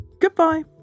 Goodbye